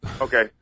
Okay